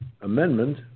amendment